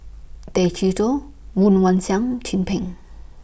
Tay Chee Toh Woon Wah Siang Chin Peng